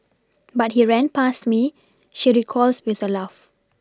but he ran past me she recalls with a laugh